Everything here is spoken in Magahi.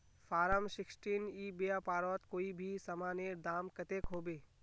फारम सिक्सटीन ई व्यापारोत कोई भी सामानेर दाम कतेक होबे?